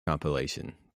compilation